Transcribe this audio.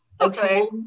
Okay